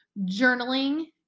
Journaling